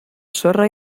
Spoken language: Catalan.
sorra